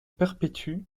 perpétue